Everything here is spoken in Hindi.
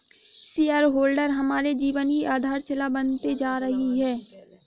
शेयर होल्डर हमारे जीवन की आधारशिला बनते जा रही है